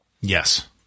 Yes